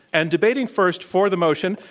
and debating first for the motion,